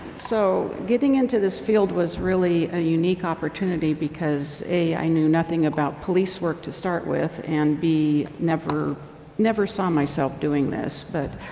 so, getting into this field was really a unique opportunity because, a, i knew nothing about police work to start with, and, b, never never saw myself doing this. but,